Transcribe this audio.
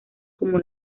como